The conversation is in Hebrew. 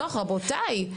רבותיי.